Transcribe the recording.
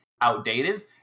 outdated